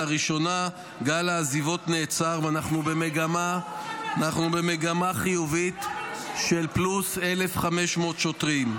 לראשונה גל העזיבות נעצר ואנחנו במגמה חיובית של פלוס 1,500 שוטרים.